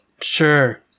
Sure